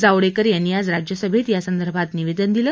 जावडेकर यांनी आज राज्यसभेत यासंदर्भात निवेदन दिलं